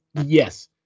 yes